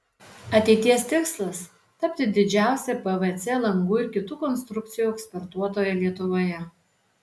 ateities tikslas tapti didžiausia pvc langų ir kitų konstrukcijų eksportuotoja lietuvoje